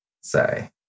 say